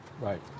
Right